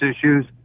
issues